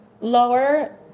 lower